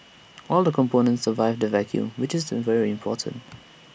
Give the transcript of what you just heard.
all the components survived the vacuum which is very important